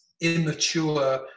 immature